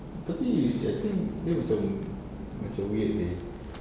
tapi I think dia macam macam weird leh